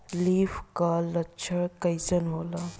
Leaf curl लक्षण कइसन होला?